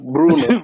Bruno